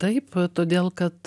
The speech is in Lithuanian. taip todėl kad